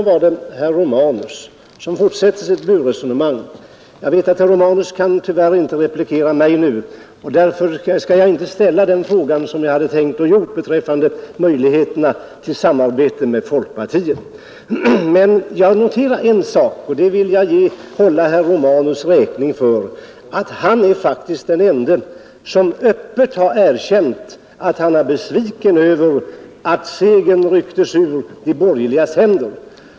Herr Romanus fortsätter sitt burresonemang. Jag vet att herr Romanus tyvärr inte kan replikera mig nu, och därför skall jag inte, som jag hade tänkt göra, ställa frågan om möjligheterna till samarbete med folkpartiet. Men jag noterar en sak som jag vill hålla herr Romanus räkning för: han är faktiskt den ende som öppet har erkänt att han är besviken över att segern rycktes ur de borgerligas händer.